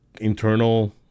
internal